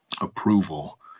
approval